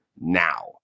now